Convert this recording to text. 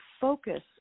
focus